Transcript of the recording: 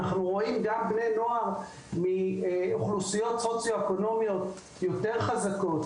אנחנו רואים גם בני נוער מאוכלוסיות סוציו-אקונומיות יותר חזקות,